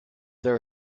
there